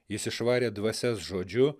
jis išvarė dvasias žodžiu